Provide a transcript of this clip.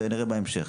ונראה בהמשך.